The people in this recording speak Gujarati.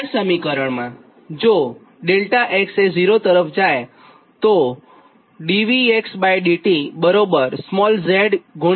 આ સમીકરણજો Δ𝑥 એ ૦ તરફ જાય તો dVdt z I લખાય